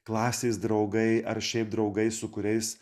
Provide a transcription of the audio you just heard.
klasės draugai ar šiaip draugai su kuriais